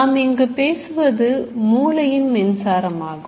நாம் இங்கு பேசுவது மூளையின் மின்சாரம் ஆகும்